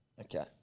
Okay